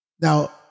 Now